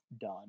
done